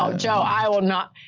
um joe, i will not.